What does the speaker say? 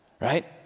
right